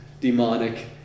demonic